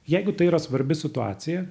jeigu tai yra svarbi situacija